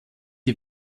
die